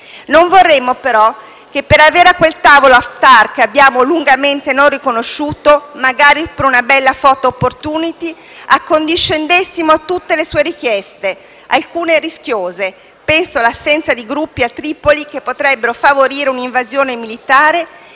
Non vorremmo però che, per avere a quel tavolo Haftar, che abbiamo lungamente non riconosciuto, magari per una bella foto *opportunity*, accondiscendessimo a tutte le sue richieste, alcune rischiose - penso all'assenza di gruppi a Tripoli (che potrebbe favorire una invasione militare)